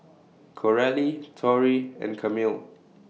Coralie Tory and Camille